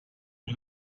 and